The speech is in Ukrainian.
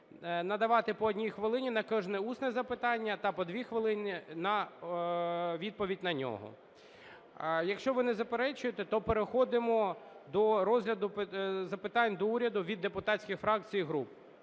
надавати по 1 хвилині на кожне усне запитання та по 2 хвилин на відповідь на нього. Якщо ви не заперечуєте, то переходимо до розгляду запитань до уряду від депутатських фракцій і груп.